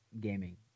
gaming